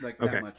Okay